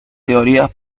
teorías